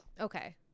okay